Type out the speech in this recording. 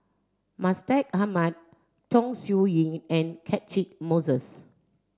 Mustaq Ahmad Chong Siew Ying and Catchick Moses